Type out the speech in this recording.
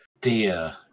dear